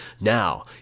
Now